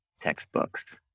textbooks